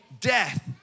death